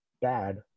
bad